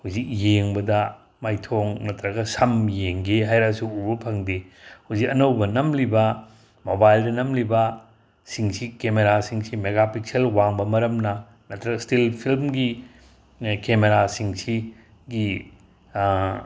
ꯍꯧꯖꯤꯛ ꯌꯦꯡꯕꯗ ꯃꯥꯏꯊꯣꯡ ꯅꯠꯇ꯭ꯔꯒ ꯁꯝ ꯌꯦꯡꯒꯦ ꯍꯥꯏꯔꯁꯨ ꯎꯕ ꯐꯪꯗꯦ ꯍꯧꯖꯤꯛ ꯑꯅꯧꯕ ꯅꯝꯂꯤꯕ ꯃꯣꯕꯥꯏꯜꯗ ꯅꯝꯂꯤꯕꯁꯤꯡꯁꯤ ꯀꯦꯃꯦꯔꯥꯁꯤꯡꯁꯤ ꯃꯦꯒꯥꯄꯤꯛꯁꯦꯜ ꯋꯥꯡꯕ ꯃꯔꯝꯅ ꯅꯠꯇ꯭ꯔꯒ ꯏꯁꯇꯤꯜ ꯐꯤꯂꯝꯒꯤ ꯀꯦꯃꯦꯔꯥꯁꯤꯡꯁꯤꯒꯤ